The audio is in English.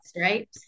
right